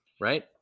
right